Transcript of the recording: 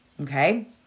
Okay